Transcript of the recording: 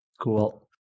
Cool